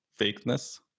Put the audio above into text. fakeness